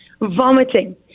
Vomiting